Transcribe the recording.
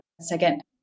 second